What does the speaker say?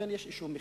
לכן, יש איזה מחדל.